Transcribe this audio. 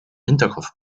hinterkopf